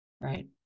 Right